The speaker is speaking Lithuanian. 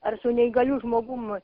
ar su neįgaliu žmogum